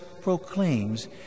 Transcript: proclaims